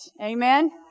Amen